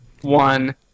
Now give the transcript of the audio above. one